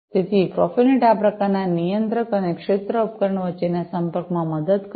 તેથી પ્રોફેનેટ આ પ્રકારના નિયંત્રક અને ક્ષેત્ર ઉપકરણો વચ્ચેના સંપર્કમાં મદદ કરશે